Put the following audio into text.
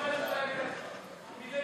תודה ליושבת-ראש מפלגת העבודה,